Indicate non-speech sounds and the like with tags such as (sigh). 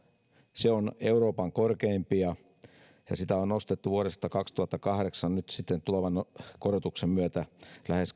se on euroopan korkeimpia sitä on nostettu vuodesta kaksituhattakahdeksan nyt sitten tulevan korotuksen myötä lähes (unintelligible)